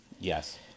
Yes